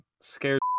scared